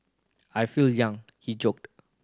I feel young he joked